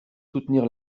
soutenir